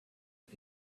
but